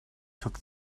took